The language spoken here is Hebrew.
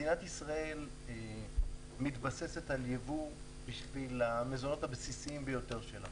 מדינת ישראל מתבססת על יבוא בשביל המזונות הבסיסיים ביותר שלה